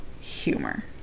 humor